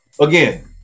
Again